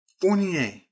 Fournier